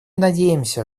надеемся